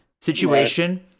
situation